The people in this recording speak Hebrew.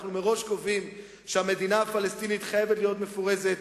מראש קובעים שהמדינה הפלסטינית חייבת להיות מפורזת,